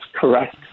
correct